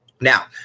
now